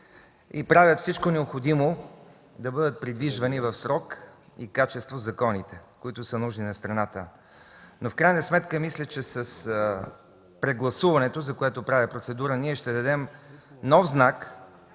и правят всичко необходимо да бъдат придвижвани в срок и качество законите, които са нужни на страната. В крайна сметка мисля, че с прегласуването, за което правя процедура, ние ще дадем знак,